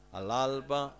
All'alba